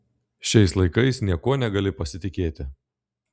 šiais laikais niekuo negali pasitikėti